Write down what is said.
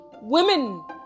women